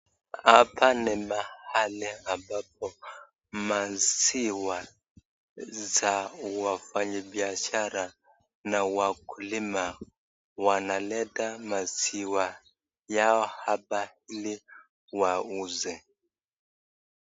Hapa ni mahali ambapo maziwa za wafanyi biashara na wakulima wanaleta maziwa yao hapa ili wauze.